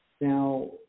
Now